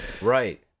Right